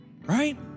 right